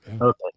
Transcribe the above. Okay